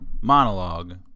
monologue